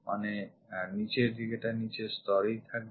মানে নিচের দিকেরটা নিচের স্তরেই আসছে